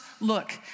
look